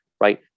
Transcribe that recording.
right